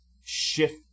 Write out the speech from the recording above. shift